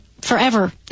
forever